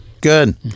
good